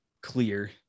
clear